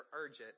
urgent